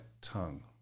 tongue